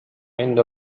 عند